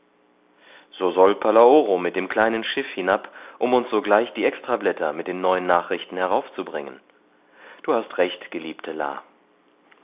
so soll palaoro mit dem kleinen schiff hinab um uns sogleich die extrablätter mit neuen nachrichten heraufzubringen du hast recht geliebte la